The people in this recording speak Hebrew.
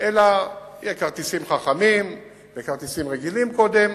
אלא יהיו כרטיסים חכמים וכרטיסים רגילים קודם,